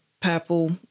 purple